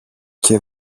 και